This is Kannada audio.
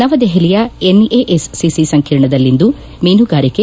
ನವದೆಹಲಿಯ ಎನ್ಎಎಸ್ಸಿಸಿ ಸಂಕೀರ್ಣದಲ್ಲಿಂದು ಮೀನುಗಾರಿಕೆ